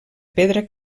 pedra